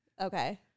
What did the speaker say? Okay